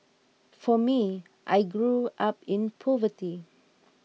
for me I grew up in poverty